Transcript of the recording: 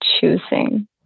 choosing